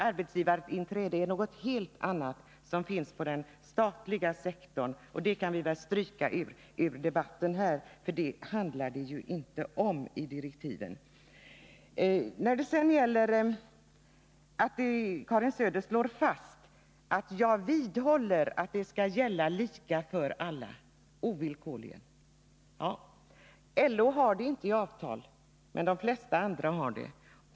Arbetsgivarinträde är någonting helt annat som finns på den statliga sektorn. Det kan vi väl stryka ur debatten här, för det handlar ju inte om det i direktiven. Karin Söder slår fast att det system det här är fråga om skall gälla lika för alla, ovillkorligen. LO har det inte i avtal, men de flesta har det.